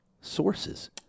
sources